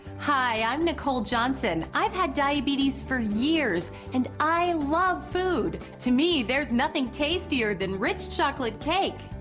hi, i'm nicole johnson, i've had diabetes for years, and i love food. to me there's nothing tastier than rich chocolate cake,